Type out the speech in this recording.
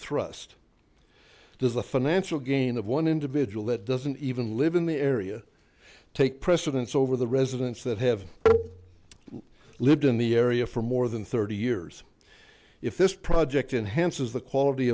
thrust does the financial gain of one individual that doesn't even live in the area take precedence over the residents that have lived in the area for more than thirty years if this project enhanced is the quality